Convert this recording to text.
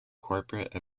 corporate